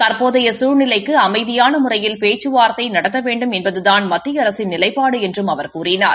தற்போதைய சூழ்நிலைக்கு அமைதியாள முறையில் பேச்சுவார்தை நடத்த வேண்டும் என்பதுதான் மத்திய அரசின் நிலைப்பாடு என்றும் அவர் கூறினார்